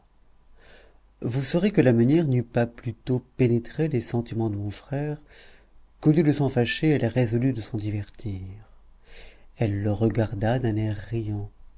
vous saurez que la meunière n'eut pas plus tôt pénétré les sentiments de mon frère qu'au lieu de s'en fâcher elle résolut de s'en divertir elle le regarda d'un air riant